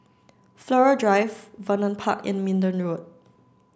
Flora Drive Vernon Park and Minden Road